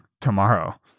tomorrow